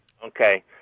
Okay